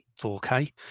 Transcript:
4K